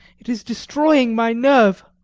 it is destroying my nerve.